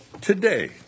today